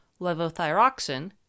levothyroxine